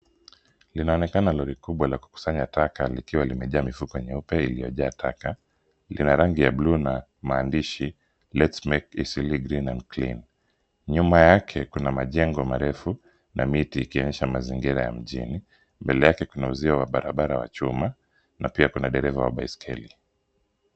Linaonekana lori kubwa la kusanya taka likiwa limejaa mifuko nyeupe iliyojaa taka, lina rangi buluu na maandishi cs[Let's make Eastleigh green and clean]cs. Nyuma yake kuna majengo marefu na miti ikionyesha mazingira ya mjini, mbele yake kuna uuzio wa barabara wa chuma na pia kuna dereva wa baiskeli.